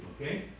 Okay